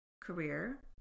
career